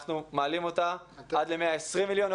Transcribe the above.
אנחנו מעלים אותה עד ל-120 מיליון.